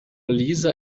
lisa